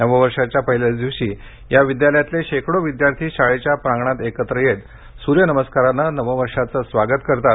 नववर्षाच्या पहिल्याच दिवशी या विद्यालयातले शेकडो विद्यार्थी शाळेच्या प्रांगणात एकत्र येत सूर्यनमस्कारानं नववर्षाचं स्वागत करतात